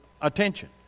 attention